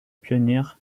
pioneer